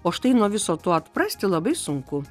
o štai nuo viso to atprasti labai sunku